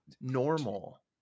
normal